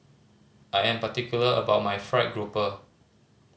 I am particular about my fried grouper